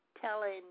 telling